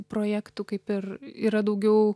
projektų kaip ir yra daugiau